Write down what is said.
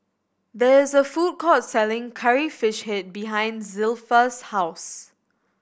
there is a food court selling Curry Fish Head behind Zilpha's house